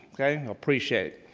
i appreciate